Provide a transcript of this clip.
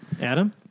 Adam